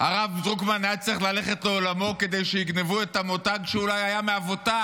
הרב דרוקמן היה צריך ללכת לעולמו כדי שיגנבו את המותג שהוא היה מאבותיו,